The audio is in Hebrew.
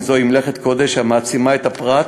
עם זאת, היא מלאכת קודש, המעצימה את הפרט